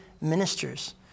ministers